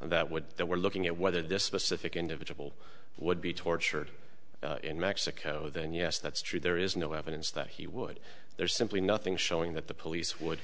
that what they were looking at whether this specific individual would be tortured in mexico then yes that's true there is no evidence that he would there's simply nothing showing that the police would